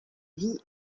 vit